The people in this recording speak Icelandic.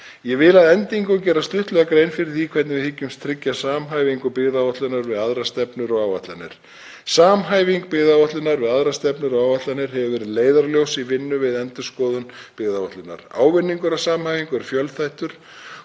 Ég vil að endingu gera stuttlega grein fyrir því hvernig við hyggjumst tryggja samhæfingu byggðaáætlunar við aðrar stefnur og áætlanir. Samhæfing byggðaáætlunar við aðrar stefnur og áætlanir hefur verið leiðarljós í vinnu við endurskoðun byggðaáætlunar. Ávinningur af samhæfingu er fjölþættur